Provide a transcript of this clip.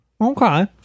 Okay